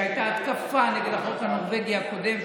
הייתה ההתקפה נגד החוק הנורבגי הקודם,